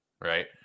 right